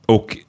Och